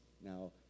Now